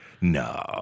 No